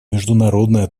международная